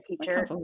teacher